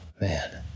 man